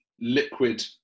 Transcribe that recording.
liquid